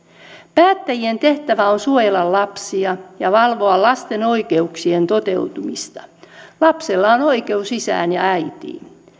päättäjien tehtävä on suojella lapsia ja valvoa lasten oikeuksien toteutumista lapsella on oikeus isään ja äitiin